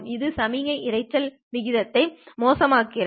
இது சமிக்ஞை இரைச்சல் விகிதத்தை மோசமாக்குகிறது